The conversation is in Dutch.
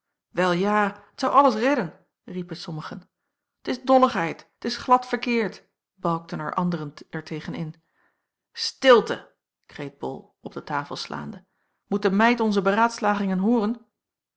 wel ja t zou alles redden riepen sommigen t is dolligheid t is glad verkeerd balkten er anderen er tegen in stilte kreet bol op de tafel slaande moet de meid onze beraadslagingen hooren